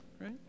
Right